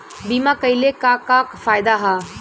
बीमा कइले का का फायदा ह?